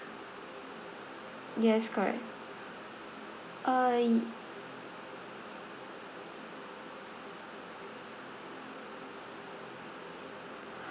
yes correct uh